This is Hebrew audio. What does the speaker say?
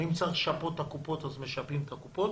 ואם צריך לשפות את הקופות אז משפים את הקופות.